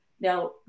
now